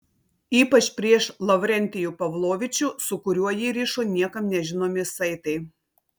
ypač prieš lavrentijų pavlovičių su kuriuo jį rišo niekam nežinomi saitai